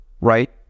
right